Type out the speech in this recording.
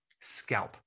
scalp